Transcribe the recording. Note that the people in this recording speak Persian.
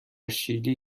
شیلی